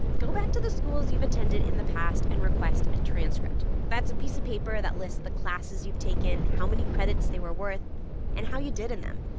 go back to the schools you've attended in the past and request a transcript. that's a piece of paper that lists the classes you've taken, how many credits they were worth and how you did in them.